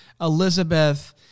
Elizabeth